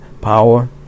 power